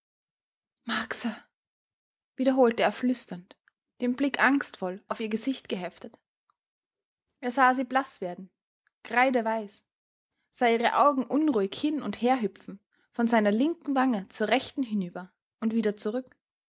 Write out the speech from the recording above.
marcsa wiederholte er flüsternd den blick angstvoll auf ihr gesicht geheftet er sah sie blaß werden kreideweiß sah ihre augen unruhig hin und her hüpfen von seiner linken wange zur rechten hinüber und wieder zurück